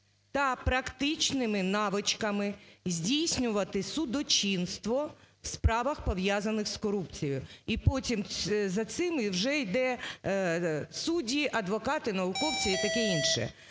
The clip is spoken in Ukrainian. та практичними навичками здійснювати судочинство в справах, пов'язаних з корупцією. І потім за цими вже йде: судді, адвокати, науковці і таке інше.